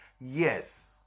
Yes